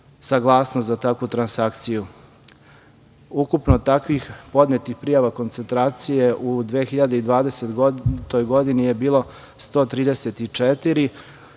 saglasnost za takvu transakciju. Ukupno takvih podnetih prijava koncentracije u 2020. godini je bilo 134.